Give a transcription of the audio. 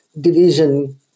division